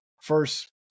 first